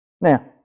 Now